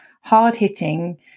hard-hitting